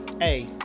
Hey